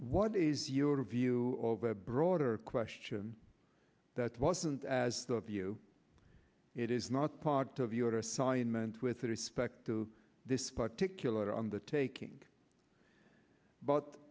what is your view of a broader question that wasn't as the view it is not part of your assignment with respect to this particular undertaking but